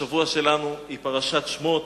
פרשת השבוע שלנו היא פרשת שמות.